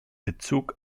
bezug